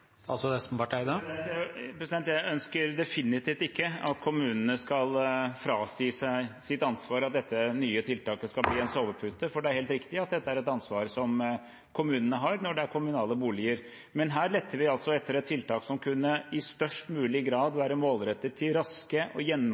Jeg ønsker definitivt ikke at kommunene skal frasi seg sitt ansvar, og at dette nye tiltaket skal bli en sovepute, for det er helt riktig at dette er et ansvar som kommunene har når det er kommunale boliger. Men her lette vi altså etter et tiltak som i størst mulig grad kunne være målrettet i form av raske og